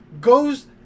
goes